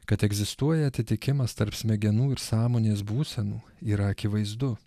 kad egzistuoja atitikimas tarp smegenų ir sąmonės būsenų yra akivaizdu